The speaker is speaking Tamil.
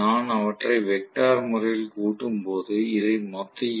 நான் அவற்றை வெக்டர் முறையில் கூட்டும் போது இதை மொத்த ஈ